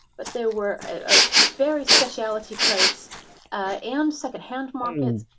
but there were ah very specialty traits and second-hand market,